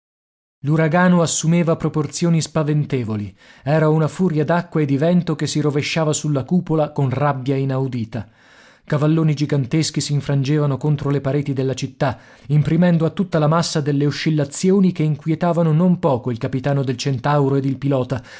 l'uragano assumeva proporzioni spaventevoli era una furia d'acqua e di vento che si rovesciava sulla cupola con rabbia inaudita cavalloni giganteschi si infrangevano contro le pareti della città imprimendo a tutta la massa delle oscillazioni che inquietavano non poco il capitano del centauro ed il pilota